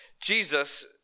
Jesus